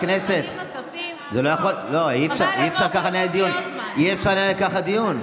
חברי הכנסת, אי-אפשר לנהל ככה דיון.